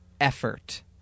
effort